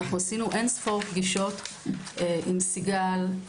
עשינו אין ספור פגישות עם סיגל,